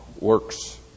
works